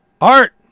Art